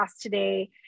today